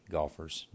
Golfer's